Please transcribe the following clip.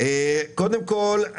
קודם כל,